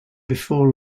before